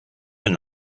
and